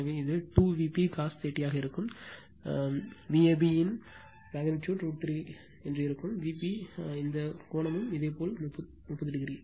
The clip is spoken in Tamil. எனவே இது 2 Vp cos 30 ஆக இருக்கும் இது Vab இன் அளவு ரூட் 3 ஆக இருக்கும் Vp இந்த கோணமும் இதேபோல் 30o